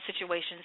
situations